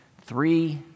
three